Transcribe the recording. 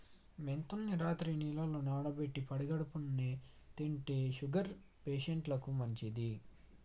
మెంతుల్ని రాత్రి నీళ్లల్ల నానబెట్టి పడిగడుపున్నె తింటే షుగర్ పేషంట్లకు మంచిది